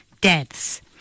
deaths